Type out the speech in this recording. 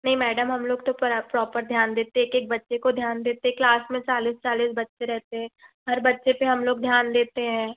नहीं मैडम हम लोग तो प्रॉपर ध्यान देते हैं एक एक बच्चे को ध्यान देते क्लास में चालीस चालीस बच्चे रहते हैं हर बच्चे पे हम लोग ध्यान देते हैं